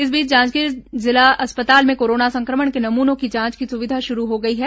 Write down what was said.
इस बीच जांजगीर जिला अस्पताल में कोरोना संक्रमण के नमूनों की जांच की सुविधा शुरू हो गई है